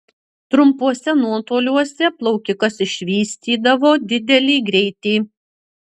trumpuose nuotoliuose plaukikas išvystydavo didelį greitį